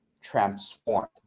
transformed